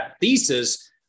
thesis